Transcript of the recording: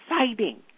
exciting